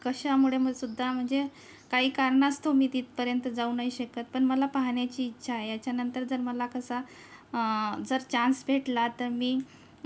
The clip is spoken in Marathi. कशामुळे मसुद्धा म्हणजे काही कारणास्तव मी तिथपर्यंत जाऊ नाही शकत पण मला पाहण्याची इच्छा आहे याच्यानंतर जर मला कसा जर चान्स भेटला तर मी